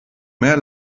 mehr